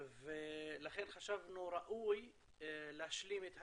לכן חשבנו שראוי להשלים את התמונה,